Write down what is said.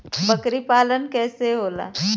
बकरी पालन कैसे होला?